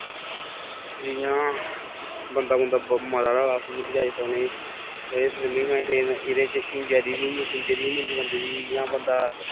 जि'यां बंदा बुंदा मरा दा होऐ उसी बचाई सकने एह् स्विमिंग एह्दे च इंजरी बी होई जंदी बंदे दी इ'यां बंदा